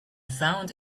found